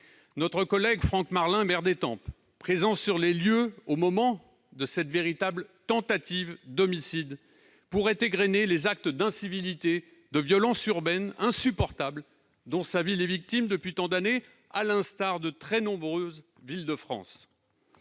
Notre collègue Franck Marlin, maire d'Étampes, présent sur les lieux au moment de cette véritable tentative d'homicide, pourrait égrener les actes d'incivilité, de violence urbaine insupportable dont sa ville est victime depuis tant d'années, à l'instar de très nombreuses villes en France.